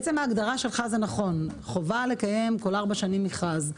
בעצם ההגדרה שלך זה נכון חובה לקיים כל ארבע שנים מכרז.